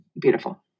beautiful